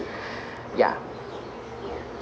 ya